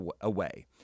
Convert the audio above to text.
away